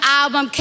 album